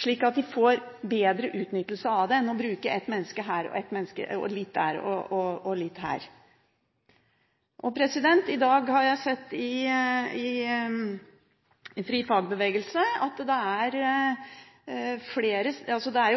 slik at de får bedre utnyttelse enn når de bruker et menneske litt her og litt der. I dag har jeg lest i Fri Fagbevegelse – det er